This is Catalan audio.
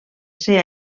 ser